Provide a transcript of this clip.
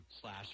slash